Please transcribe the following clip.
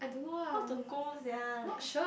how to go sia like